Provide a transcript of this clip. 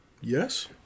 Yes